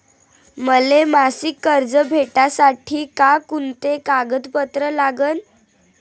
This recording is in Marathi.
मले मासिक कर्ज भेटासाठी का कुंते कागदपत्र लागन?